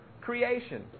creation